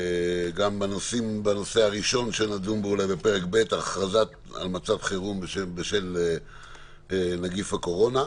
בנושא הראשון שנדון בו בפרק ב': הכרזה על מצב חירום בשל נגיף הקורונה.